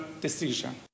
decision